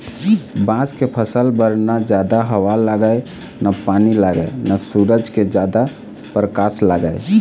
बांस के फसल बर न जादा हवा लागय न पानी लागय न सूरज के जादा परकास लागय